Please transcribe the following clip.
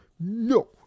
No